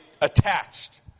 attached